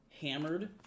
hammered